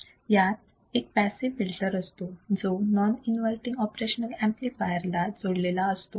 यात एक passive filter असतो जो नॉन इन्वर्तींग ऑपरेशनल ऍम्प्लिफायर ला जोडलेला असतो